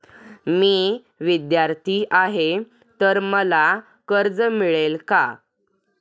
मी विद्यार्थी आहे तर मला कर्ज मिळेल का?